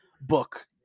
book